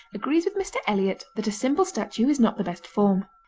agrees with mr. eliot that a simple statue is not the best form.